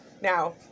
Now